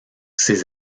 ses